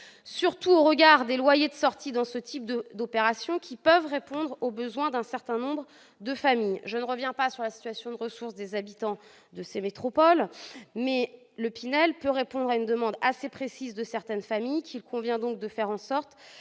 Surtout au regard des loyers de sortie dans ce type d'opérations, qui peuvent répondre aux besoins d'un certain nombre de familles. Je n'insiste pas sur la situation de ressources des habitants de ces futures métropoles. Le dispositif Pinel peut répondre à une demande assez précise de certaines familles : il convient donc de faire en sorte